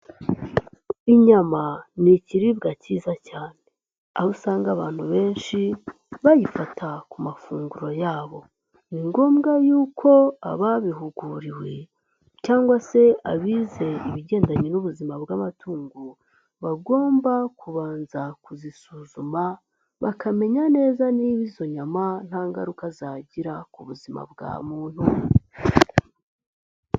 Inyama ni ikiribwa cyiza cyane, aho usanga abantu benshi bayifata ku mafunguro yabo. Ni ngombwa yuko ababihuguriwe, cyangwa se abize ibigendanye n'ubuzima bw'amatungo, bagomba kubanza kuzisuzuma, bakamenya neza niba izo nyama nta ngaruka zagira, ku buzima bwa muntu.